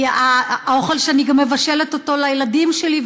האוכל שאני מבשלת לילדים שלי,